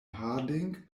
harding